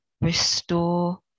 restore